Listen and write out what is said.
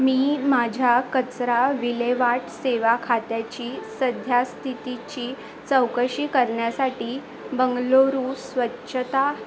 मी माझ्या कचरा विल्हेवाट सेवा खात्याची सध्या स्थितीची चौकशी करण्यासाठी बंगळुरू स्वच्छता